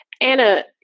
Anna